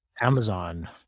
Amazon